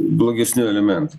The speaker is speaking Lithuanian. blogesni elementų